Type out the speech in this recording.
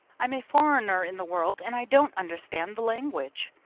i'm a foreigner in the world and i don't understand the language.